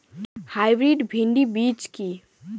Hybrid bhindi বীজ কি?